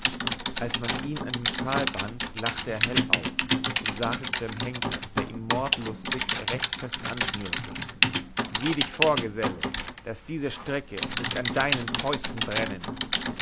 als man ihn an den pfahl band lachte er hell auf und sagte zu dem henker der ihn mordlustig recht fest anschnürte sieh dich vor geselle daß diese stricke nicht an deinen fäusten brennen